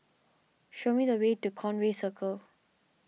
show me the way to Conway Circle